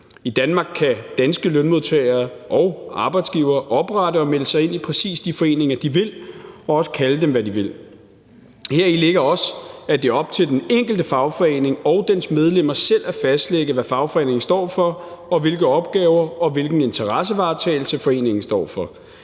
I Danmark kan danske lønmodtagere og arbejdsgivere oprette og melde sig ind i præcis de foreninger, de vil, og også kalde dem, hvad de vil. Heri ligger også, at det er op til den enkelte fagforening og dens medlemmer selv at fastlægge, hvad fagforeningen står for, og hvilke opgaver og hvilken interessevaretagelse foreningen står for.